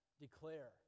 declare